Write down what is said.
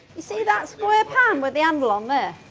you see that square pan with the handle on there?